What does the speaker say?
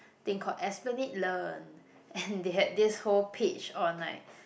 thing called Esplanade-learn and they had this whole page on like